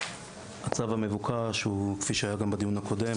הצו המבוקש הוא כפי שהיה גם בדיון הקודם,